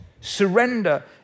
Surrender